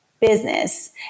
business